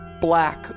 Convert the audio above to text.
black